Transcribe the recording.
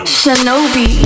shinobi